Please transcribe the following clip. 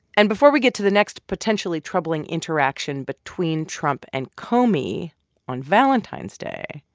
and before we get to the next potentially troubling interaction between trump and comey on valentine's day,